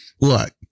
look